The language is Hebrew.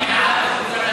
הפתעה גדולה.